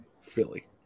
Philly